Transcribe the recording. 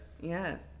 Yes